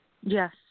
Yes